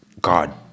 God